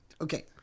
okay